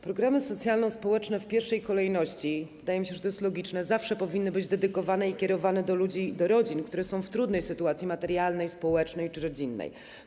Programy socjalno-społeczne w pierwszej kolejności - wydaje mi się, że to jest logiczne - zawsze powinny być dedykowane i kierowane do ludzi i do rodzin, które są w trudnej sytuacji materialnej, społecznej czy rodzinnej.